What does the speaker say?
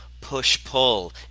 push-pull